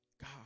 God